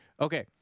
Okay